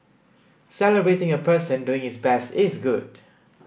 celebrating a person doing his best is good